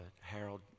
Harold